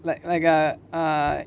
like like err err